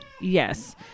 yes